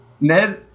Ned